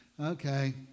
Okay